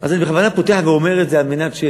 אז אני בכוונה פותח ואומר את זה, כדי